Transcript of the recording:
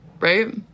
right